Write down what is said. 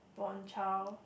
born child